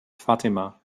fatima